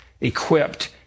equipped